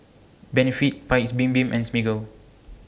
Benefit Paik's Bibim and Smiggle